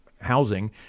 housing